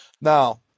Now